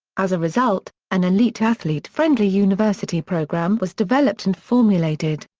as a result, an elite athlete friendly university program was developed and formulated.